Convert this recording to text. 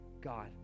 God